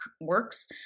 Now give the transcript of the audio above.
works